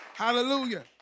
Hallelujah